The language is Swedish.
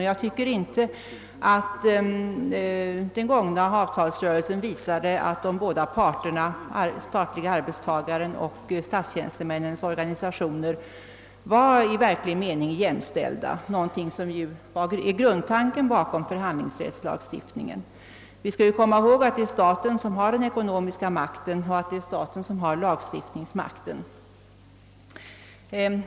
Jag tycker inte att den gångna avtalsrörelsen visat att de båda parterna, den statliga arbetsgivaren och statstjänstemannaorganisationen, var i verklig mening jämställda, vilket ju är grundtanken bakom förhandlingsrättslagstiftningen. Vi skall komma ihåg att det är staten som har den ekonomiska makten och lagstiftningsmakten.